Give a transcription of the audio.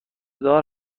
دار